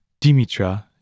Dimitra